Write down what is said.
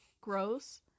gross